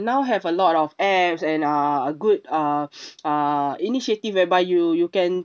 now have a lot of apps and uh a good uh uh initiative whereby you you can